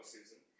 Susan